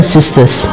sisters